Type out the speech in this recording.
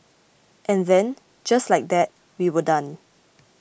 and then just like that we were done